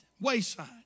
wayside